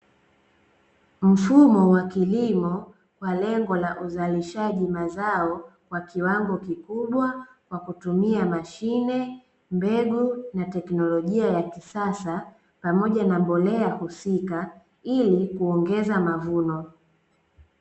Mfumo wa kilimo kwa lengo la uzalishaji mazao kwa kiwango kikubwa kwa kutumia: mashine, mbegu, na tekinolojia ya kisasa pamoja na mbolea husika; ili kuongeza mavuno.